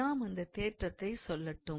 நான் அந்த தேற்றத்தைச் சொல்லட்டும்